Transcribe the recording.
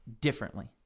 differently